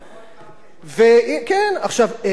כן, ורוד תרתי משמע.